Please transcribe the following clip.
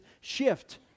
shift